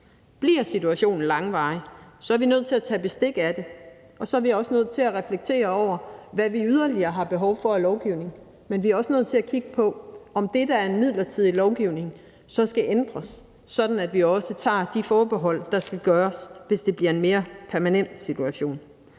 bliver situationen langvarig, er vi nødt til at tage bestik af det, og så er vi også nødt til at reflektere over, hvad vi yderligere har behov for af lovgivning, men vi er også nødt til at kigge på, om det, der er en midlertidig lovgivning, så skal ændres, sådan at vi også tager de forbehold, der skal tages, hvis det bliver en mere permanent situation.